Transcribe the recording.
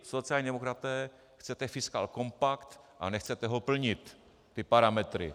Vy, sociální demokraté chcete fiskálkompakt, a nechcete ho plnit, ty parametry.